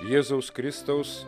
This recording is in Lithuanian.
jėzaus kristaus